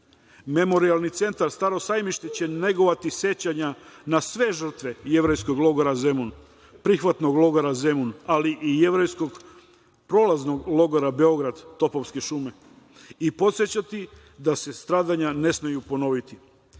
Zemun. Memorijalni centar Staro sajmište će negovati sećanja na sve žrtve jevrejskog logora Zemun, prihvatnog logora Zemun, ali i jevrejskog prolaznog logora Beograd Topovske šupe i podsećati da se stradanja ne smeju ponoviti. Iskreno